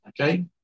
Okay